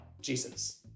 Jesus